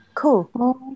Cool